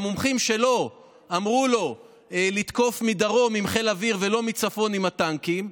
המומחים שלו אמרו לו לתקוף מדרום עם חיל אוויר ולא מצפון עם הטנקים,